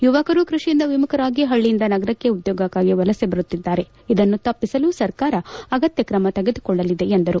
ಯುವಕರು ಕೃಷಿಯಿಂದ ವಿಮುಖರಾಗಿ ಹಳ್ಳಿಯಿಂದ ನಗರಕ್ಷೆ ಉದ್ಯೋಗಕ್ಕಾಗಿ ವಲಸೆ ಬರುತ್ತಿದ್ದಾರೆ ಇದನ್ನು ತಪ್ಪಿಸಲು ಸರ್ಕಾರ ಅಗತ್ತ್ವ ತ್ರಮ ತೆಗೆದುಕೊಳ್ಳಲಿದೆ ಎಂದರು